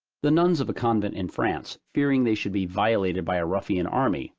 the nuns of a convent in france, fearing they should be violated by a ruffian army,